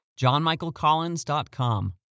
johnmichaelcollins.com